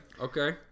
okay